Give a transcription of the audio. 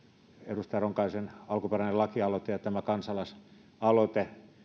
edustaja ronkaisen alkuperäinen lakialoite ja tämä kansalaisaloite